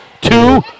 two